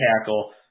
tackle